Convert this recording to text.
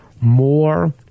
more